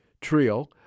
trio